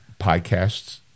podcasts